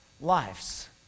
Lives